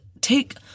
take